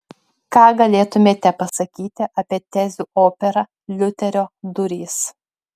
ką galėtumėte pasakyti apie tezių operą liuterio durys